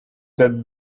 that